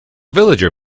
villager